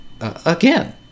Again